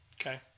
Okay